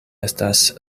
estas